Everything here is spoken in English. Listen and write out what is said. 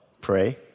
Pray